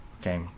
okay